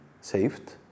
saved